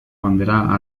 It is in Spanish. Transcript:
bandera